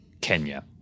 Kenya